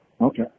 okay